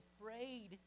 afraid